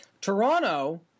Toronto